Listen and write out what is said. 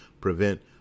prevent